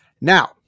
Now